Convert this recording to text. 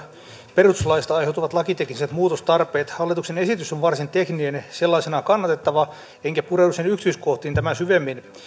perustuslaista aiheutuvat lakitekniset muutostarpeet hallituksen esitys on varsin tekninen ja sellaisenaan kannatettava enkä pureudu sen yksityiskohtiin tämän syvemmin